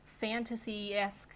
fantasy-esque